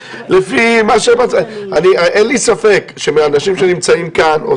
אני חייב לעלות כי חברתו לסיעה אורית